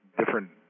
different